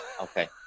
okay